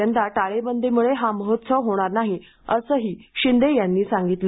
यंदा टाळेबंदीमुळे महोत्सव होणार नाही असेही शिंदे यांनी सांगितले